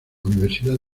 universidad